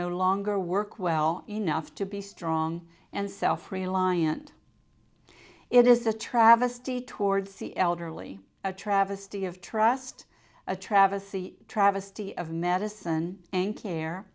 no longer work well enough to be strong and self reliant it is a travesty towards the elderly a travesty of trust a travesty a travesty of medicine and care